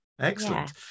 excellent